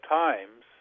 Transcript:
times